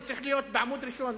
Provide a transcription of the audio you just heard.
זה צריך להיות בעמוד ראשון,